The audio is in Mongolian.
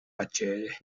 ажээ